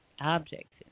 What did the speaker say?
objects